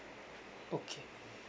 okay